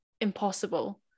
impossible